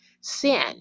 sin